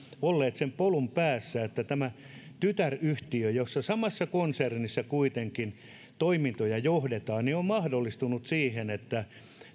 olleet sen polun päässä että tämä tytäryhtiö kun samassa konsernissa kuitenkin toimintoja johdetaan on mahdollistanut sen että